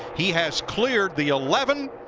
he has cleared the eleven,